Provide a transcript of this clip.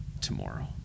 tomorrow